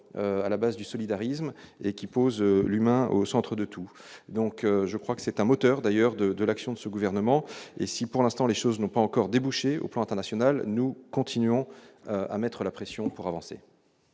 à la base du solidarisme et qui pose l'humain au centre de tout, donc je crois que c'est un moteur d'ailleurs de de l'action de ce gouvernement et si pour l'instant, les choses n'ont pas encore débouché au plan international, nous continuons à mettre la pression pour avancer.